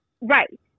Right